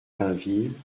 pinville